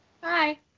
Bye